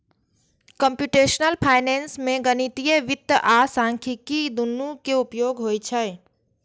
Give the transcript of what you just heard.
computational finance मे गणितीय वित्त आ सांख्यिकी, दुनू के उपयोग होइ छै